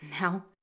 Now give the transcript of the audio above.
Now